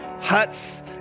huts